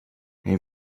any